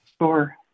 Sure